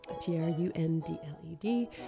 T-R-U-N-D-L-E-D